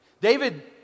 David